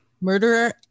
murderer